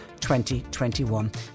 2021